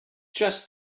just